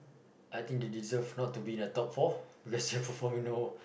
I think they deserve not to be in the top four because they're performing no